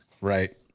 Right